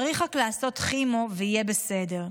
צריך רק לעשות כימו ויהיה בסדר.